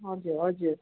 हजुर हजुर